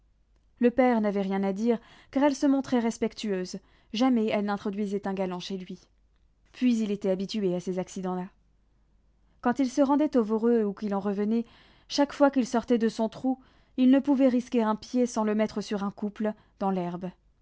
le père n'avait rien à dire car elle se montrait respectueuse jamais elle n'introduisait un galant chez lui puis il était habitué à ces accidents là quand il se rendait au voreux ou qu'il en revenait chaque fois qu'il sortait de son trou il ne pouvait risquer un pied sans le mettre sur un couple dans l'herbe